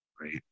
Right